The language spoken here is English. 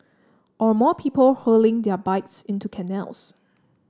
or more people hurling their bikes into canals